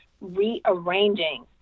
rearranging